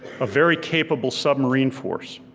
a very capable submarine force.